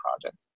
project